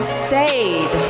stayed